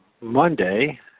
Monday